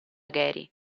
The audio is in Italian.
gary